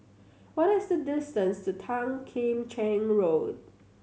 what is the distance to Tan Kim Cheng Road